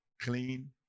clean